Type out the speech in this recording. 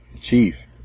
chief